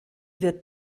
wird